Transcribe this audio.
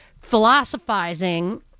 philosophizing